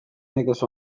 nekez